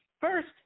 First